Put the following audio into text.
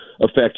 affect